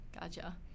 gotcha